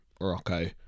Morocco